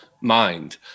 mind